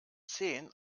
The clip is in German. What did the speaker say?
zehn